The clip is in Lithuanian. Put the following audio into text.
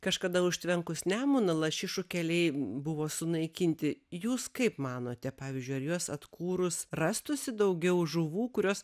kažkada užtvenkus nemuną lašišų keliai buvo sunaikinti jūs kaip manote pavyzdžiui ar juos atkūrus rastųsi daugiau žuvų kurios